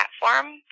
platform